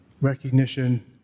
recognition